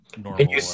normal